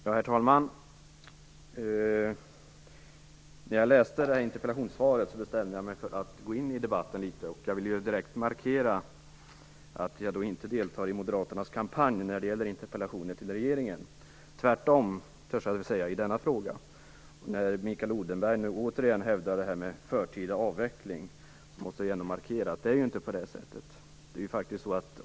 Herr talman! När jag läste interpellationssvaret bestämde jag mig för att gå in i debatten. Jag vill direkt markera att jag inte deltar i Moderaternas kampanj för interpellationer till regeringen - tvärtom, törs jag nog säga i denna fråga. När Mikael Odenberg nu tar upp frågan om förtida avveckling igen måste jag nämligen markera att det inte är som han säger.